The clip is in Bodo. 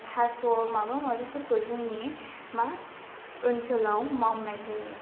थास' माबा माबिफोरखौ जोंनि मा ओनसोलाव मावनाय जायो